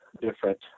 different